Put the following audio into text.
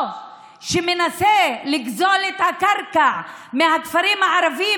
או שמנסה לגזול את הקרקע מהכפרים הערביים